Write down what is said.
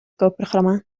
kookprogramma